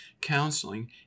counseling